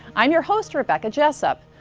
i'm your host, rebecca jessop.